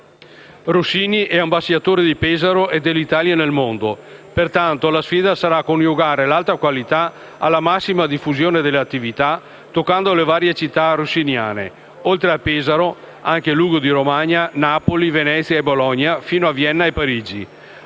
Rossini è l'ambasciatore di Pesaro e dell'Italia nel mondo. Pertanto, la sfida sarà coniugare l'alta qualità alla massima diffusione delle attività toccando le varie città rossiniane: oltre a Pesaro, anche Lugo di Romagna, Napoli, Venezia e Bologna, fino a Vienna e Parigi.